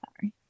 sorry